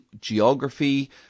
geography